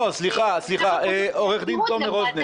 לא, סליחה, סליחה, עורך דין תומר רוזנר.